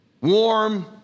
Warm